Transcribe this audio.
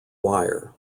wire